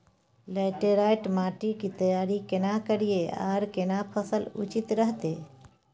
Laterite माटी की तैयारी केना करिए आर केना फसल उचित रहते?